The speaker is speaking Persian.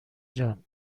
جان